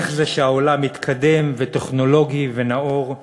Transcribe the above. איך זה שהעולם מתקדם, טכנולוגי ונאור,